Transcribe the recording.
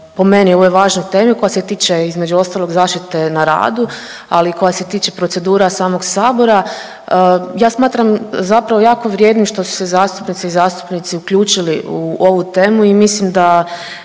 po meni, ovoj važnoj temi koja se tiče između ostalog, zaštite na radu, ali i koja se tiče procedura samog Sabora. Ja smatram zapravo jako vrijednim što su se zastupnici i zastupnici uključili u ovu temu i mislim da